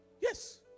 Yes